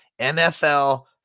NFL